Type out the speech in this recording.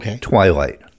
Twilight